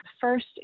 First